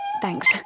Thanks